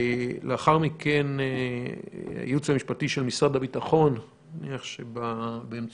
לאחר מכן יהיה הייעוץ המשפטי של משרד הביטחון אני מניח שבאמצעות